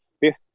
fifth